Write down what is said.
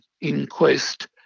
inquest